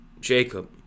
Jacob